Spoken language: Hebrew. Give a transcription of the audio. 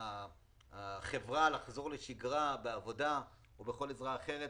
החברה לחזור לשגרה בעבודה ובכל עזרה אחרת.